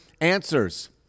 answers